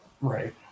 right